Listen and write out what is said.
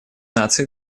наций